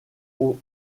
aux